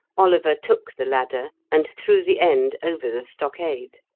oliver took the ladder and threw the end over the stockade.